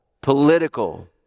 political